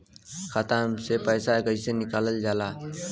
खाता से पैसा कइसे निकालल जाला?